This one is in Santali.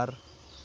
ᱟᱨ